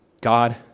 God